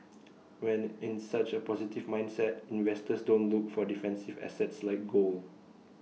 when in such A positive mindset investors don't look for defensive assets like gold